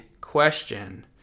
question